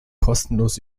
kostenlos